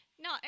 No